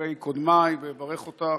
לדברי קודמיי ואברך אותך.